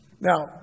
Now